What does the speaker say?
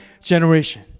generation